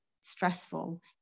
stressful